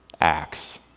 Acts